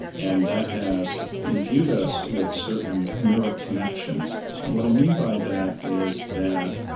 and that has imbued us with certain neural connections. and what i mean by that is that,